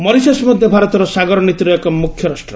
Mauritius ମଧ୍ୟ ଭାରତର ସାଗର ନୀତିରେ ଏକ ମୁଖ୍ୟ ରାଷ୍ଟ୍ର